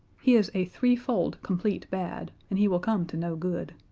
he is a threefold complete bad and he will come to no good.